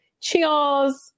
Cheers